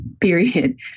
period